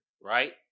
right